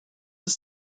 ist